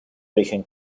origen